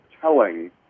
telling